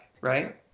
right